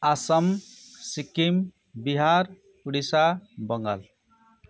Assam Sikkim Bihar Odisha Bengal